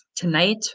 tonight